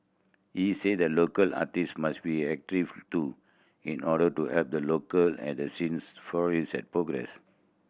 he say that local artists must be active too in order to help the local art scene flourish and progress